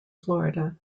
florida